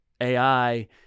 ai